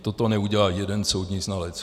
Toto neudělá jeden soudní znalec.